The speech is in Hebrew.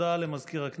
ירושלים,